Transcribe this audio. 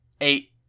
eight